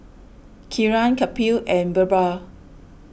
Kiran Kapil and Birbal